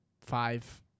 five